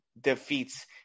defeats